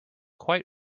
quite